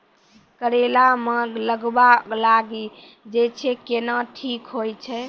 करेला मे गलवा लागी जे छ कैनो ठीक हुई छै?